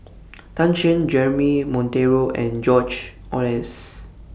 Tan Shen Jeremy Monteiro and George Oehlers